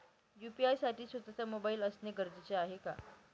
UPI साठी स्वत:चा mobile असणे गरजेचे आहे का?